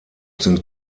sind